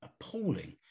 appalling